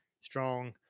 strong